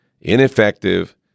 ineffective